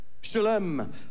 Shalom